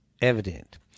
evident